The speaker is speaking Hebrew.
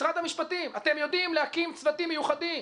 משרד המשפטים, אתם יודעים להקים צוותים מיוחדים,